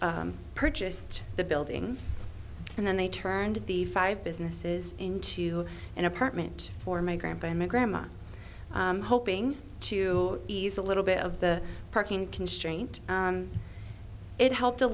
a purchased the building and then they turned the five businesses into an apartment for my grampa i'm a grandma hoping to ease a little bit of the parking constraint it helped a